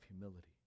humility